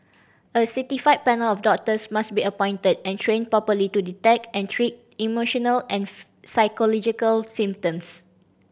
a certified panel of doctors must be appointed and trained properly to detect and treat emotional psychological symptoms